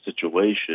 situation